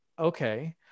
okay